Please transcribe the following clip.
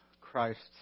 Christ's